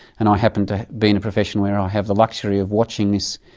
and i happen to be in a profession where i have the luxury of watching this.